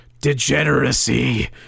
Degeneracy